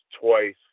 twice